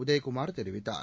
உதயகுமார் தெரிவித்தார்